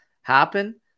happen